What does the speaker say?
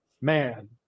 man